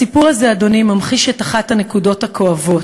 הסיפור הזה, אדוני, ממחיש את אחת הנקודות הכואבות,